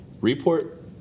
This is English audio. Report